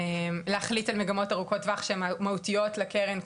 ולהחליט על מגמות ארוכות טווח שהן מהותיות לקרן,